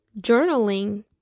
journaling